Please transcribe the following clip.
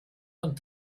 von